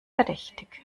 verdächtig